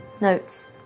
notes